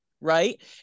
right